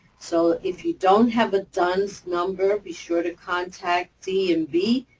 so if you don't have a duns number, be sure to contact d and b,